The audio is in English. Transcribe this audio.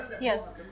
Yes